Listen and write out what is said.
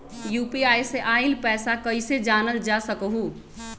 UPI से आईल पैसा कईसे जानल जा सकहु?